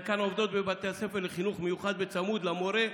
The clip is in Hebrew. חלקן עובדות בבתי הספר לחינוך מיוחד בצמוד למורה,